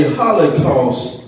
holocaust